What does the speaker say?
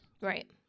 Right